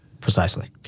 Precisely